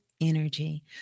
energy